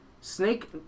Snake